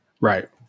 Right